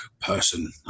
person